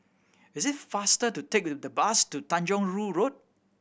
it is faster to take the bus to Tanjong Rhu Road